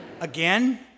Again